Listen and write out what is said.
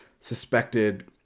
suspected